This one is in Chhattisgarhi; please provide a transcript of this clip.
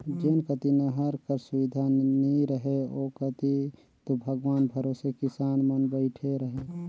जेन कती नहर कर सुबिधा नी रहें ओ कती दो भगवान भरोसे किसान मन बइठे रहे